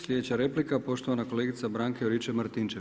Sljedeća replika poštovana kolegica Branka Juričev-Martinčev.